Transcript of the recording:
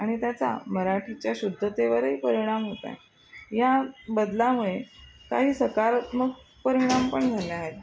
आणि त्याचा मराठीच्या शुद्धतेवरही परिणाम होत आहे या बदलामुळे काही सकारात्मक परिणाम पण झाले आहेत